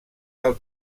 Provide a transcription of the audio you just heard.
del